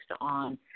on